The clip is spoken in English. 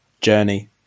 journey